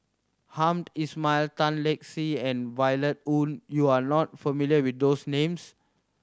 Hamed Ismail Tan Lark Sye and Violet Oon you are not familiar with those names